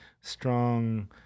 strong